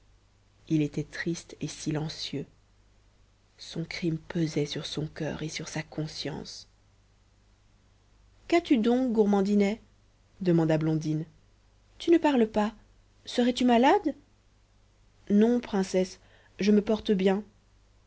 il était triste et silencieux son crime pesait sur son coeur et sur sa conscience qu'as-tu donc gourmandinet demanda blondine tu ne parles pas serais-tu malade non princesse je me porte bien